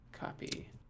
copy